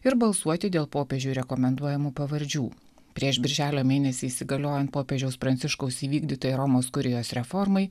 ir balsuoti dėl popiežiui rekomenduojamų pavardžių prieš birželio mėnesį įsigaliojant popiežiaus pranciškaus įvykdytai romos kurijos reformai